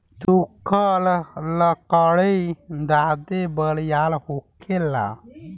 सुखल लकड़ी ज्यादे बरियार होखेला